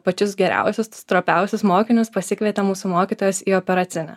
pačius geriausius stropiausius mokinius pasikvietė mūsų mokytojas į operacinę